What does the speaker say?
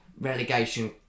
relegation